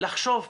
לחשוב פעמיים.